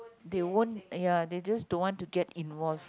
they won't ya they just don't want to get involved